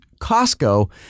Costco